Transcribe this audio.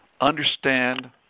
understand